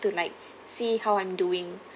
to like see how I'm doing